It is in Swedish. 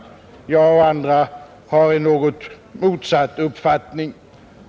Jag och andra har en något motsatt uppfattning.